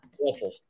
Awful